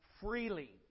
freely